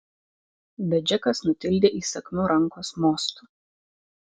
bet džekas nutildė įsakmiu rankos mostu